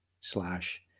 slash